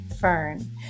Fern